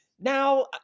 Now